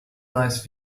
nice